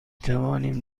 توانیم